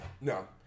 No